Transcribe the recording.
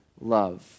love